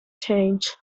changed